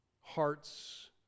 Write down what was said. hearts